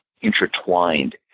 intertwined